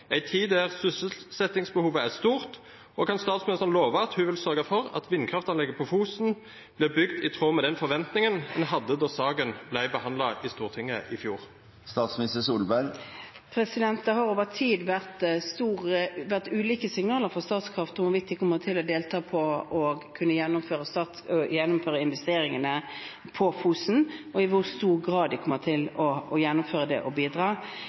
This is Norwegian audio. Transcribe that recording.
tid der sysselsettingsbehovet er stort? Og kan statsministeren love at hun vil sørge for at vindkraftanlegget på Fosen blir bygd i tråd med den forventningen en hadde da saken ble behandlet i Stortinget i fjor? Det har over tid vært ulike signaler fra Statkraft om hvorvidt de kommer til å delta i å gjennomføre investeringene på Fosen, og i hvor stor grad de kommer til å gjennomføre det og bidra.